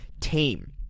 team